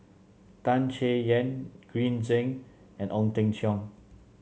Tan Chay Yan Green Zeng and Ong Teng Cheong